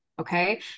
okay